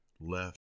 left